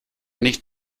nicht